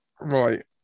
Right